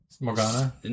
Morgana